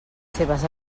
seves